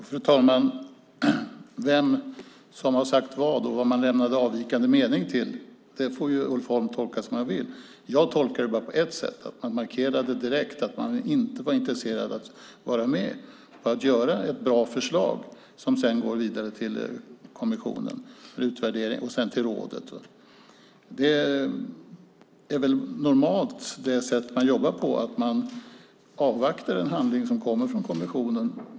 Fru talman! Vem som har sagt vad och vad man lämnade avvikande mening till får Ulf Holm tolka som han vill. Jag tolkar det bara på ett sätt, nämligen att man markerade direkt att man inte var intresserade av att vara med på att göra ett bra förslag som sedan går vidare till kommissionen för utvärdering och sedan till rådet. Det är väl normalt det sättet man jobbar på, alltså att man avvaktar en handling som kommer från kommissionen.